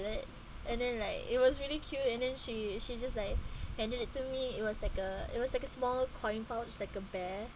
and then like it was really cute and then she she just like handed it to me it was like a it was like a small coin pouch like a bear